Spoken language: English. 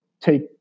take